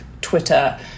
Twitter